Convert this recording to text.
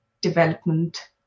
development